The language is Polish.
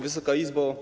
Wysoka Izbo!